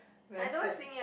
very sad